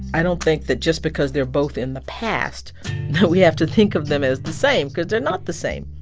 i don't think that just because they're both in the past that we have to think of them as the same because they're not the same.